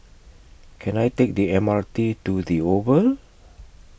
Can I Take The M R T to The Oval